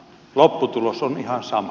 lopputulos on ihan sama